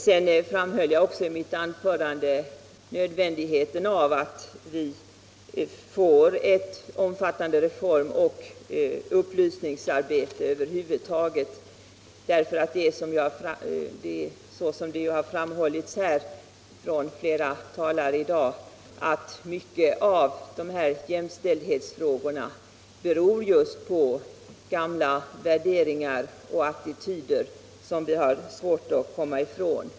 Jag framhöll också i mitt anförande nödvändigheten av att det blir ett omfattande reform och upplysningsarbete över huvud taget, för det är ju så som har framhållits av flera talare här i dag, att många av jämställdhetsproblemen beror just på gamla värderingar och attityder som vi har svårt att komma ifrån.